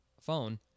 phone